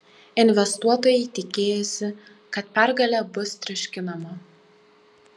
investuotojai tikėjosi kad pergalė bus triuškinama